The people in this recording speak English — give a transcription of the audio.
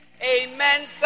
Amen